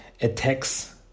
Attacks